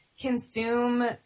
consume